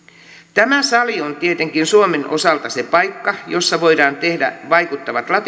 tämä sali on tietenkin suomen osalta se paikka jossa voidaan tehdä vaikuttavat